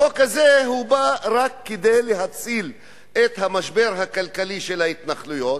החוק הזה בא רק כדי להציל את המשבר הכלכלי של ההתנחלויות,